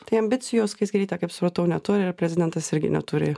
tai ambicijos skaisgirytė kaip supratau neturi ir prezidentas irgi neturi